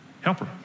helper